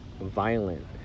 violent